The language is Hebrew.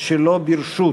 שלא ברשות).